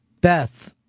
Beth